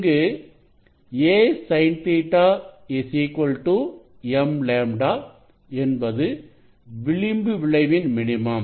இங்கு a sin Ɵ m λ என்பது விளிம்பு விளைவின் மினிமம்